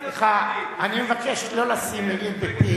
סליחה, אני מבקש לא לשים מלים בפי.